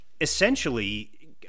essentially